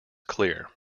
clear